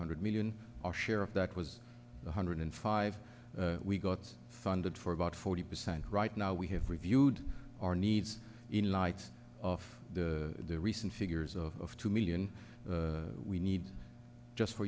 hundred million our share of that was one hundred five we got funded for about forty percent right now we have reviewed our needs in light of the recent figures of two million we need just fo